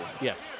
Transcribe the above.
Yes